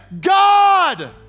God